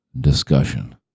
discussion